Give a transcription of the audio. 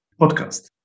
podcast